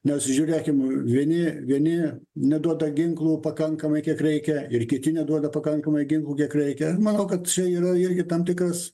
mes žiūrėkim vieni vieni neduoda ginklų pakankamai kiek reikia ir kiti neduoda pakankamai ginklų kiek reikia manau kad suiro irgi tam tikras